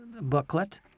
booklet